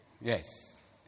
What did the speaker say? Yes